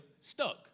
stuck